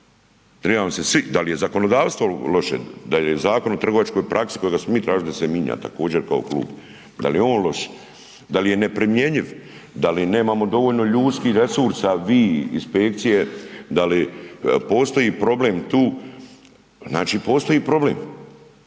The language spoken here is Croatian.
Dal je zakonodavstvo loše, da li je Zakon o trgovačkoj praksi kojega smo mi tražili da se minja također kao klub, dal je on loš, dal je neprimjenjiv, da li nemamo dovoljno ljudskih resursa vi i inspekcije, da li postoji problem tu? Znači postoji problem?